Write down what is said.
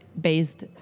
based